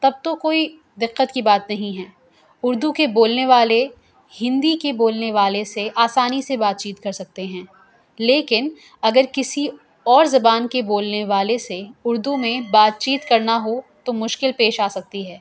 تب تو کوئی دقت کی بات نہیں ہے اردو کے بولنے والے ہندی کے بولنے والے سے آسانی سے بات چیت کر سکتے ہیں لیکن اگر کسی اور زبان کے بولنے والے سے اردو میں بات چیت کرنا ہو تو مشکل پیش آ سکتی ہے